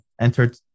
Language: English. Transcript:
entered